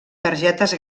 targetes